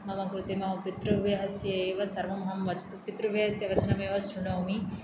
मम कृते मम पितृव्यहस्य एव सर्वं अहं वचनं पितृव्यस्य वचनम् एव शृणोमि